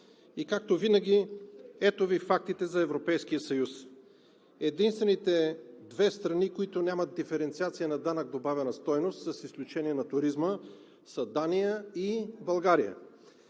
и както винаги, ето Ви фактите за Европейския съюз. Единствените две страни, които нямат диференциация на данък добавена стойност – с изключение на туризма, са Дания и България.